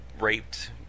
raped